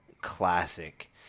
classic